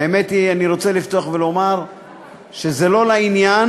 האמת היא שאני רוצה לפתוח ולומר שזה לא לעניין,